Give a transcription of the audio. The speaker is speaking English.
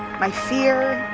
my fear,